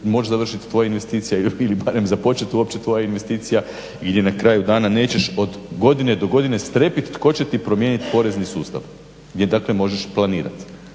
moći završiti tvoje investicije ili bar početi uopće tvoja investicija i gdje na kraju dana nećeš od godine do godine strepiti tko će ti promijeniti porezni sustav gdje dakle moraš planirati.